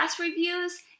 reviews